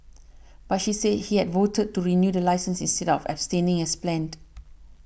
but she said he had voted to renew the licence instead of abstaining as planned